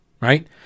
right